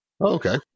Okay